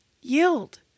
Yield